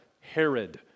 Herod